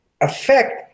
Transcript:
affect